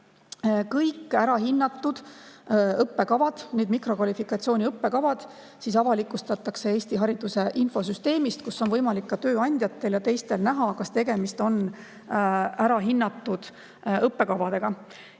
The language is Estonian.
Kõik ära hinnatud mikrokvalifikatsiooni õppekavad avalikustatakse Eesti hariduse infosüsteemis, kus on võimalik tööandjatel ja ka teistel näha, kas tegemist on ära hinnatud õppekavaga.